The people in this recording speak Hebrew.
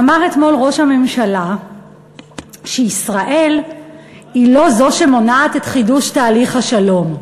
אמר אתמול ראש הממשלה שישראל היא לא זו שמונעת את חידוש תהליך השלום.